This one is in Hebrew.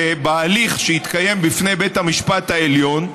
ובהליך שהתקיים בפני בית המשפט העליון,